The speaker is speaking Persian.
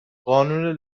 قانون